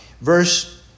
Verse